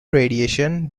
radiation